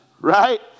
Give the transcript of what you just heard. Right